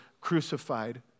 crucified